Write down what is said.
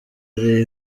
ari